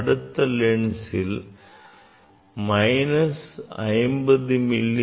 அடுத்த லென்ஸில் minus 50 மி